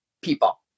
people